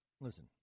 Listen